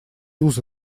узы